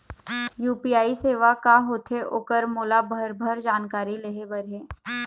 UPI सेवा का होथे ओकर मोला भरभर जानकारी लेहे बर हे?